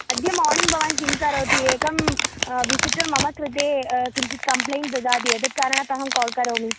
अद्य मार्निङ्ग् भवान् किं करोति एकं विसिटर् मम कृते किञ्चित् कम्प्लैन्ड् ददाति यद् कारणात् अहं काल् करोमि